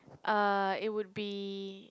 uh it would be